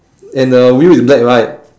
and the wheel is black right